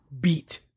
beat